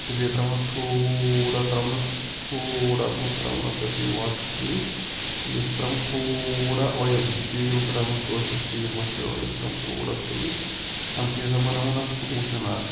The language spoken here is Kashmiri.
تہٕ بیٚیہِ ترٛاوُن اَتھ تھوڑا ترٛاوُن اَتھ تھوڑا بہت ترٛاوُن اَتھ یہِ ہَسا یہِ واٹَر سۭتۍ بیٚیہِ سا ترٛاوُن تھوڑا آیِل تیٖل ترٛاوُن کٲشُر تیٖل مَشٹٲڈ آیِل ترٛاوُن تھوڑا سۭتۍ اَمِکُے ہَسا بَناوُن اَکھ سلوٗشَن اَکھ